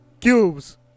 cubes